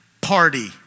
party